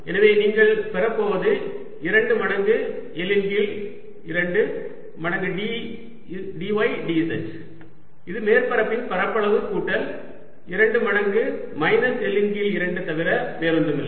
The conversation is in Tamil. எனவே நீங்கள் பெறப்போவது 2 மடங்கு L இன் கீழ் 2 மடங்கு dy dz இது மேற்பரப்பின் பரப்பளவு கூட்டல் 2 மடங்கு மைனஸ் L இன் கீழ் 2 தவிர வேறொன்றுமில்லை